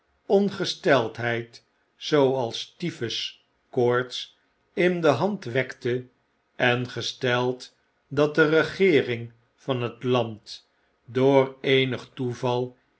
ongesteldheid zooals typhus koorts in de hand werkte en gesteld dat de jjegeering van het land door eenig toeval